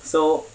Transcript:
so